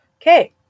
okay